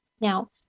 Now